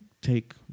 take